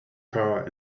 car